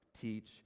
teach